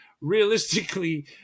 realistically